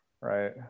right